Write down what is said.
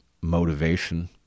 motivation